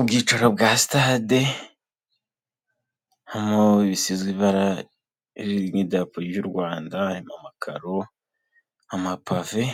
Ibyicaro bwa sitade bisize ibara ririmo idarapo ry'u Rwanda harimo amakaro, amapave